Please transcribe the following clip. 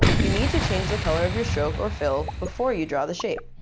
you need to change the color of your stroke or fill before you draw the shape.